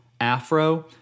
afro